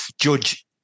judge